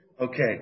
Okay